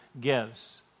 gives